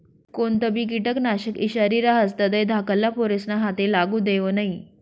कोणतंबी किटकनाशक ईषारी रहास तधय धाकल्ला पोरेस्ना हाते लागू देवो नै